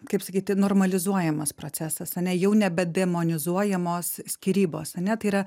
kaip sakyti normalizuojamas procesas ane jau nebedemonizuojamos skyrybos ane tai yra